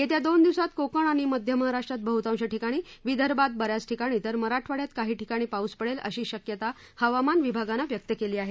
येत्या दोन दिवसात कोकण आणि मध्य महाराष्ट्रात बहुतांश ठिकाणी विदर्भात ब या ठिकाणी तर मराठवाड्यात काही ठिकाणी पाऊस पडेल अशी शक्यता हवामान विभागनं व्यक्त केली आहे